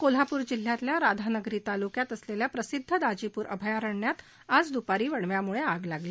कोल्हापूर जिल्ह्यातल्या राधानगरी तालुक्यात असलेल्या प्रसिद्ध दाजीपूर अभयारण्यात आज दुपारी वणव्यामुळे आग लागली